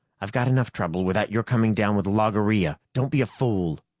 i've got enough trouble without your coming down with logorrhea. don't be a fool.